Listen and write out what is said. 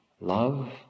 Love